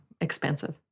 expensive